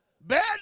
Bad